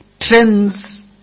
trends